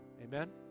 Amen